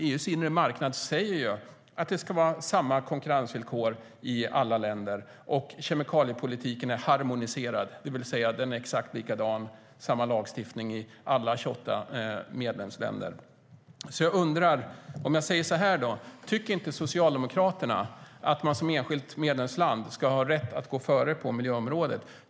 Den säger ju att det ska vara samma konkurrensvillkor i alla länder. Kemikaliepolitiken är harmoniserad, det vill säga lagstiftningen är exakt likadan i alla 28 medlemsländer. Tycker inte Socialdemokraterna att man som enskilt medlemsland ska ha rätt att gå före på miljöområdet?